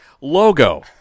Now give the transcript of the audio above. logo